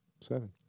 seven